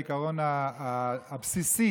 הוא אמר הרבה דברי היגיון שבעצם תומכים בעיקרון הבסיסי